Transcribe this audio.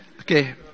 Okay